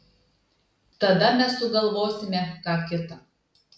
tada mes sugalvosime ką kita